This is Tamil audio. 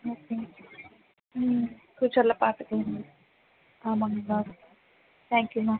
ம் ம் ம் ஃப்யூச்சரில் பார்த்துக்கங்க மேம் ஆமாம்ங்க மேம் தேங்க் யூ மேம்